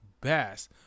best